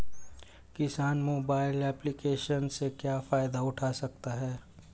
किसान mobile application से क्या फायदा उठा सकता है?